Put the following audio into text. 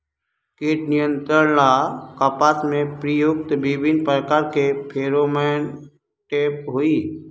कीट नियंत्रण ला कपास में प्रयुक्त विभिन्न प्रकार के फेरोमोनटैप होई?